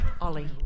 Ollie